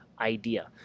idea